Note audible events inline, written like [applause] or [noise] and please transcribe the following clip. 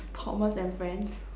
Thomas-and-friends [laughs]